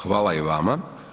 Hvala i vama.